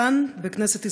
כאן בכנסת ישראל,